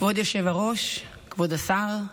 כבוד היושב-ראש, כבוד השר,